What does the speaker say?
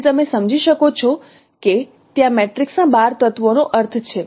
તેથી તમે સમજી શકો છો કે ત્યાં મેટ્રિક્સના 12 તત્વોનો અર્થ છે